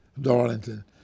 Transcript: Darlington